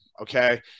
okay